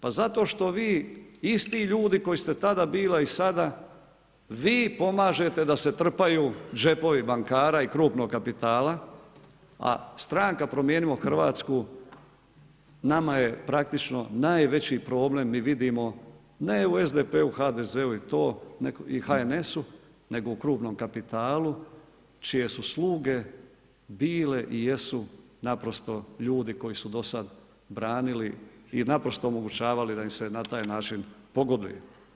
Pa zato što vi, isti ljudi, koji ste tada bili i sada, vi pomažete da se trpaju džepovi bankara i krupnog kapitala, a stranka Promijenimo Hrvatsku, nama je praktično najveći problem mi vidimo ne u SDP-u, HDZ-u i to, i HNS-u nego u krupnom kapitalu čije su sluge bile i jesu naprosto ljudi koji su dosada branili i naprosto omogućavali da im se na taj način pogoduje.